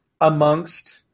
amongst